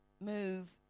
move